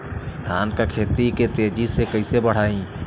धान क खेती के तेजी से कइसे बढ़ाई?